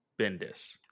Bendis